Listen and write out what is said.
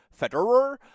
Federer